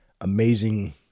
amazing